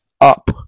up